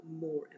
more